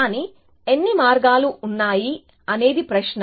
కానీ ఎన్ని మార్గాలు ఉన్నాయి అనేది ప్రశ్న